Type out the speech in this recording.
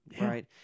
Right